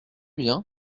bien